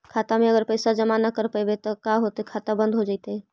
खाता मे अगर पैसा जमा न कर रोपबै त का होतै खाता बन्द हो जैतै?